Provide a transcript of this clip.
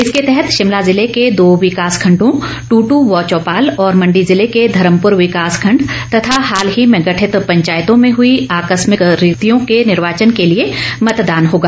इसके तहत शिमला जिले के दो विकास खण्डों दूटू व चौपाल और मंडी जिले के धर्मपुर विकास खण्ड तथा हाल ही में गठित पंचायतों में हुई आकस्मिक रिक्तियों के निर्वाचन के लिए मतदान होगा